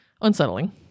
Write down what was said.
unsettling